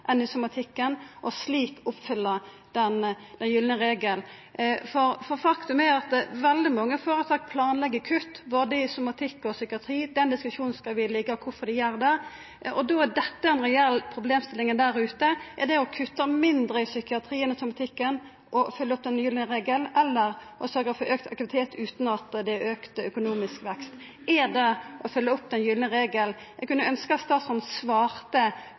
enn i somatikken, og slik oppfylla den gylne regelen. Faktum er at veldig mange føretak planlegg kutt både i somatikk og i psykiatri. Den diskusjonen – kvifor dei gjer det – skal vi la liggja. Då er dette ei reell problemstilling: Er det å kutta mindre i psykiatrien og somatikken, å oppfylla den gylne regelen? Eller er det å sørgja for auka aktivitet utan at dette er auka økonomisk vekst, å følgja opp den gylne regelen? Eg kunne ønskja at statsråden svarte